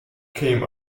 came